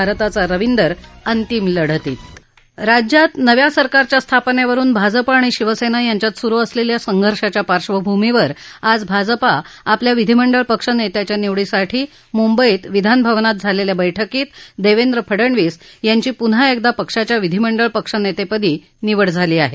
भारताचा रविंदर अंतिम लढतीत राज्यात नव्या सरकारच्या स्थापनेवरुन भाजप आणि शिवसेना यांच्यात सुरु असलेल्या संघर्षाच्या पार्श्वभूमीवर आज भाजपा आपल्या विधिमंडळ पक्ष नेत्याच्या निवडीसाठी मुंबईत विधानभवनात झालेल्या बैठकीत देवेंद्र फडनवीस यांची पुन्हा एकदा पक्षाच्या विधीमंडळ पक्षनेतेपदी निवड झाली आहे